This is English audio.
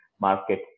market